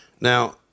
Now